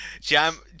Jam